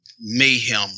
mayhem